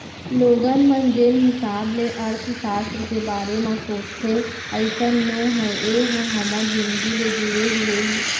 लोगन मन जेन हिसाब ले अर्थसास्त्र के बारे म सोचथे अइसन नो हय ए ह हमर जिनगी ले जुड़े हुए हे